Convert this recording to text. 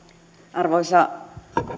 arvoisa rouva